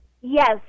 Yes